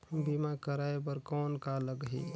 बीमा कराय बर कौन का लगही?